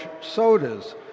sodas